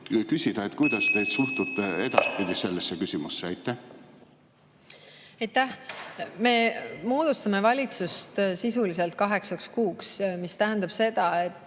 küsida, kuidas te suhtute edaspidi sellesse küsimusse. Aitäh! Me moodustame valitsuse sisuliselt kaheksaks kuuks, mis tähendab seda, et